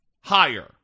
higher